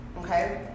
Okay